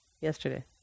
Yesterday